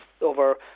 over